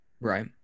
Right